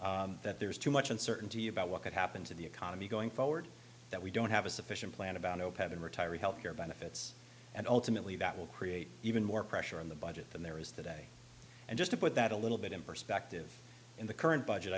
concern that there's too much uncertainty about what could happen to the economy going forward that we don't have a sufficient plan about opeth and retiree health care benefits and ultimately that will create even more pressure on the budget than there is today and just to put that a little bit in perspective in the current budget